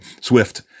Swift